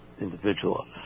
individual